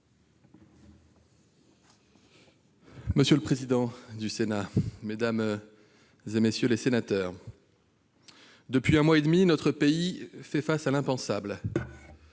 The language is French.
Monsieur le président, mesdames, messieurs les sénateurs, depuis un mois et demi, notre pays fait face à l'impensable.